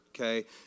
okay